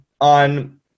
on